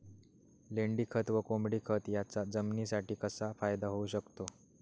लेंडीखत व कोंबडीखत याचा जमिनीसाठी कसा फायदा होऊ शकतो?